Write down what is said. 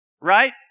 right